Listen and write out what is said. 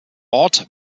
ort